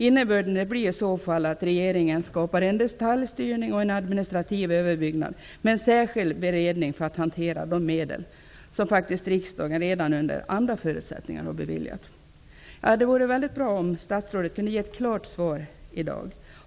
Innebörden blir i så fall att regeringen skapar en detaljstyrning och en administrativ överbyggnad med särskild beredning för att hantera de medel som riksdagen faktiskt redan under andra förutsättningar har beviljat. Det vore bra om statsrådet kan ge ett klart svar i dag.